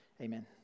Amen